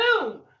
Boom